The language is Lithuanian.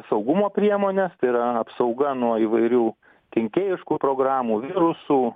saugumo priemonės tai yra apsauga nuo įvairių kenkėjiškų programų virusų